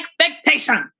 expectations